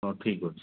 ହଉ ଠିକ୍ ଅଛି